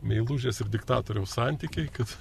meilužės ir diktatoriaus santykiai kad